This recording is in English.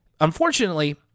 Unfortunately